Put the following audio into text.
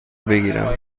بگیرم